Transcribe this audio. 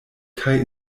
kaj